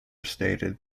stated